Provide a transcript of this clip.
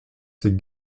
ses